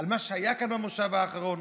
על מה שהיה כאן במושב האחרון,